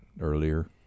earlier